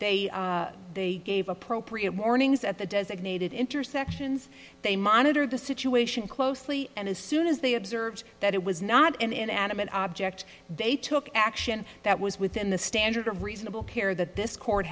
they they gave appropriate mornings at the designated intersections they monitor the situation closely and as soon as they observed that it was not an inanimate object they took action that was within the standard of reasonable care that this court